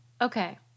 Okay